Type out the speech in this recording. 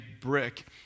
brick